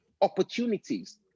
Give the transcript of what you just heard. opportunities